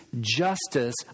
justice